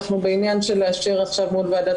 אנחנו בעניין של לאשר עכשיו מול ועדת